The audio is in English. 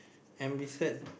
and beside the